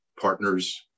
partners